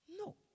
No